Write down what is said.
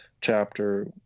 chapter